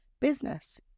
business